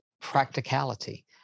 practicality